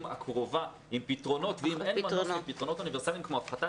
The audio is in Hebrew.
הקרובה עם פתרונות ואם אין מנוס מפתרונות אוניברסליים כמו הפחתת